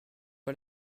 pas